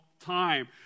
time